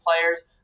players